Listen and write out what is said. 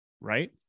Right